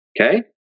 Okay